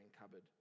cupboard